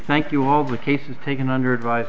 thank you all the cases taken under advi